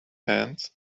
hands